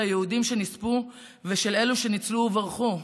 היהודים שנספו ושל אלה שניצלו וברחו?